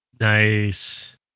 Nice